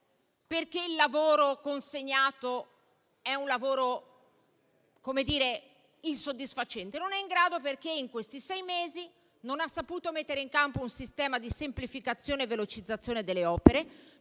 perché il lavoro consegnato è insoddisfacente. Non è in grado perché in questi sei mesi non ha saputo mettere in campo un sistema di semplificazione e velocizzazione delle opere;